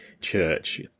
church